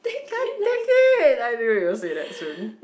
can't take it I knew you will say that soon